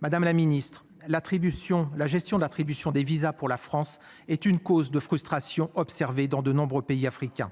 Madame la Ministre, l'attribution, la gestion de l'attribution des visas pour la France est une cause de frustration observée dans de nombreux pays africains.